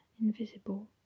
invisible